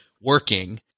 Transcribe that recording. working